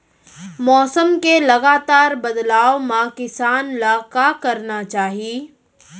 मौसम के लगातार बदलाव मा किसान ला का करना चाही?